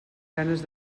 ganes